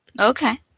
Okay